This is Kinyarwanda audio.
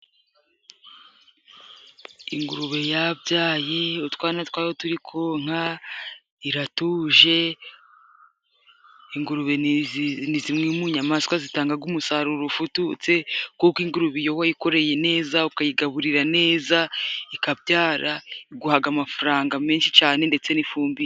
Ingurube yabyaye. Utwana twayo turi konka, iratuje. Ingurube ni zimwe mu nyamaswa zitangaga umusaruro ufututse, kuko ingurube iyo wayikoreye neza ukayigaburira neza ikabyara, iguhaga amafaranga menshi cyane ndetse n'ifumbire.